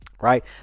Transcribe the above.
Right